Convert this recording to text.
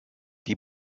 die